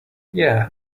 yeah